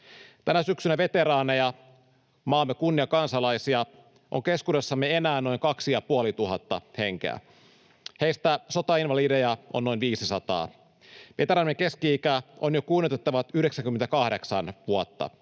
Tänä syksynä veteraaneja, maamme kunniakansalaisia, on keskuudessamme enää noin 2 500 henkeä. Heistä sotainvalideja on noin 500. Veteraanien keski-ikä on jo kunnioitettavat 98 vuotta.